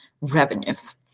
revenues